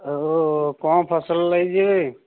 ଓ ହୋ କ'ଣ ଫସଲ ହୋଇଛି କି